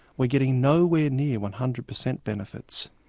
we're getting nowhere near one hundred percent benefits.